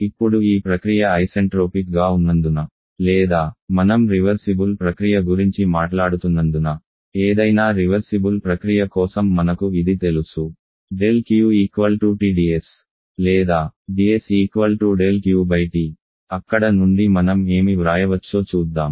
ఇప్పుడు ఈ ప్రక్రియ ఐసెంట్రోపిక్గా ఉన్నందున లేదా మనం రివర్సిబుల్ ప్రక్రియ గురించి మాట్లాడుతున్నందున ఏదైనా రివర్సిబుల్ ప్రక్రియ కోసం మనకు ఇది తెలుసు δQ Tds లేదా ds δQT అక్కడ నుండి మనం ఏమి వ్రాయవచ్చో చూద్దాం